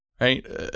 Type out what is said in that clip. Right